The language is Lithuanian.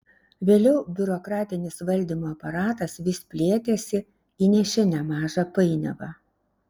vėliau biurokratinis valdymo aparatas vis plėtėsi įnešė nemažą painiavą